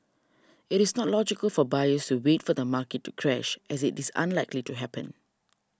it is not logical for buyers to wait for the market to crash as it is unlikely to happen